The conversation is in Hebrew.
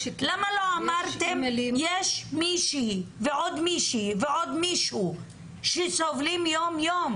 למה לא אמרתם שיש מישהי ועוד מישהי ועוד מישהו שסובלים יום-יום?